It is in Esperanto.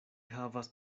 havas